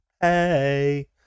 Hey